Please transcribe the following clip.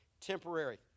temporary